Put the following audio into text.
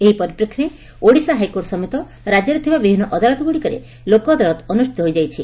ଏହି ପରିପ୍ରେକ୍ଷୀରେ ଓଡ଼ିଶା ହାଇକୋର୍ଟ ସମେତ ରାକ୍ୟରେ ଥିବା ବିଭିନୁ ଅଦାଲତଗୁଡ଼ିକରେ ଲୋକଅଦାଲତ ଅନୁଷ୍ପିତ ହୋଇଯାଇଛି